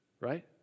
right